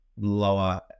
lower